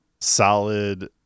solid